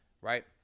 right